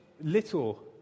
little